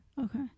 Okay